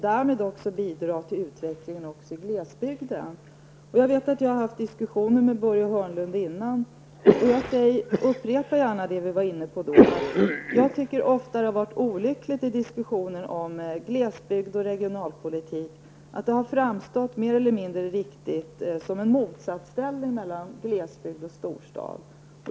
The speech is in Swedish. Därmed bidrar vi till utvecklingen också i glesbygden. Jag har tidigare haft diskussioner med Börje Hörnlund, och jag upprepar gärna vad vi då har varit inne på. Jag tycker nämligen att det ofta i diskussionen om glesbygden och regionalpolitiken har varit olyckligt att det, mer eller mindre riktigt, framstått en motsättningsställning mellan å ena sidan glesbygden och å andra sidan storstaden.